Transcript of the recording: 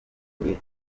kure